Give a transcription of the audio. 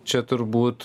čia turbūt